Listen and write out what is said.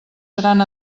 seran